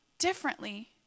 differently